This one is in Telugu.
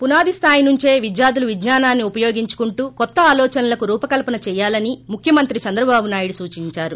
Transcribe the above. పునాది స్థాయి నుంచే విద్యార్ధులు విజ్జనాన్ని ఉపయోగించుకుంటూ కొత్త ఆలోచనలకు రూపకల్పన చెయ్యాలని ముఖ్యమంత్రి చంద్రబాబు నాయుడు సూచిందారు